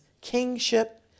kingship